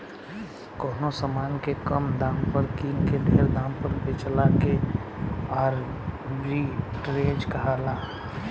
कवनो समान के कम दाम पर किन के ढेर दाम पर बेचला के आर्ब्रिट्रेज कहाला